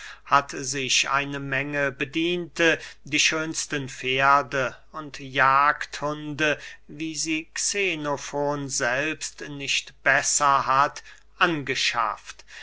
hat sich eine menge bediente die schönsten pferde und jagdhunde wie sie xenofon selbst nicht besser hat angeschafft